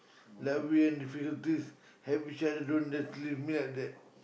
like we in difficulties help each other don't just leave me like that